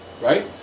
right